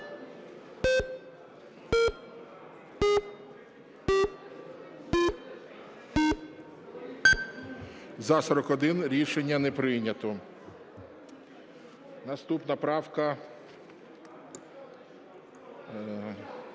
За-41 Рішення не прийнято. Наступна правка